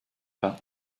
pas